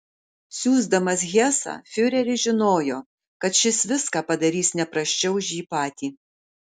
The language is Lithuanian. siųsdamas hesą fiureris žinojo kad šis viską padarys ne prasčiau už jį patį